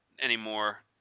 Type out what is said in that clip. anymore